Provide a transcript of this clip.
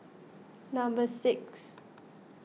number six